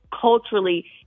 culturally